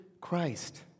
Christ